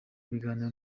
ibiganiro